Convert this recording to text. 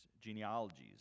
genealogies